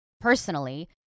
personally